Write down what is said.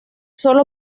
solo